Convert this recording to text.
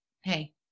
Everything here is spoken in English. hey